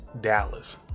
Dallas